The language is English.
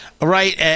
right